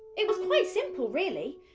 it was quite simple really.